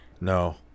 No